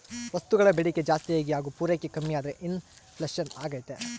ವಸ್ತುಗಳ ಬೇಡಿಕೆ ಜಾಸ್ತಿಯಾಗಿ ಹಾಗು ಪೂರೈಕೆ ಕಮ್ಮಿಯಾದ್ರೆ ಇನ್ ಫ್ಲೇಷನ್ ಅಗ್ತೈತೆ